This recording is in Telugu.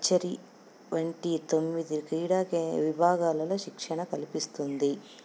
ఆర్చరీ వంటి తొమ్మిది క్రీడా విభాగాలలో శిక్షణ కల్పిస్తుంది